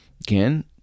Again